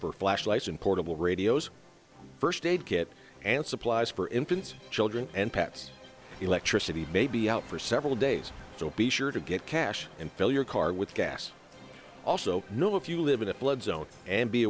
for flashlights and portable radios first aid kit and supplies for infants children and pets electricity may be out for several days so be sure to get cash and fill your car with gas also know if you live in a flood zone and be